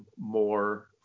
more